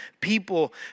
people